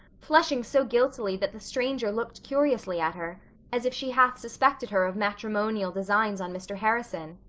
flushing so guiltily that the stranger looked curiously at her, as if she half suspected her of matrimonial designs on mr. harrison.